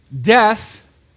Death